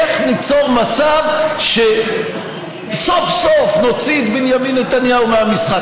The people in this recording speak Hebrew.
איך ניצור מצב שסוף-סוף נוציא את בנימין נתניהו מהמשחק.